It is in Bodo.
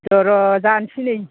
र' र' जानोसै नै